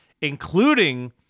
including